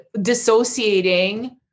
dissociating